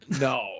No